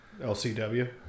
LCW